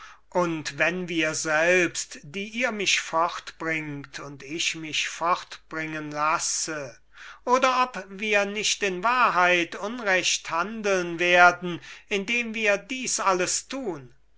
und wenn wir selbst dabei mitwirken ihr indem ihr mich fortbringt und ich indem ich mich fortbringen lasse oder ob wir nicht in wahrheit unrecht handeln werden indem wir dies alles tun